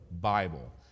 Bible